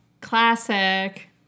Classic